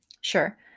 sure